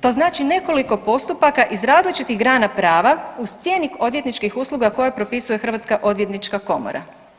to znači nekoliko postupaka iz različitih grana prava, uz cjenik odvjetničkih usluga koje propisuje Hrvatska odvjetnička komora.